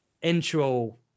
intro